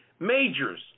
Majors